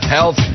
Health